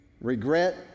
regret